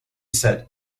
said